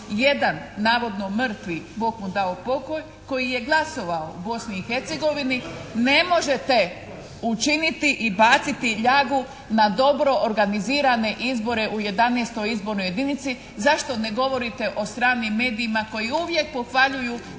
Jedan navodno mrtvi, Bog mu dao pokoj, koji je glasovao u Bosni i Hercegovini ne možete učiniti i baciti ljagu na dobro organizirane izbore u XI. izbornoj jedinici. Zašto ne govorite o stranim medijima koji uvijek pohvaljuju